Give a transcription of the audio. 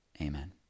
Amen